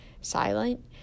silent